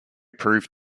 proved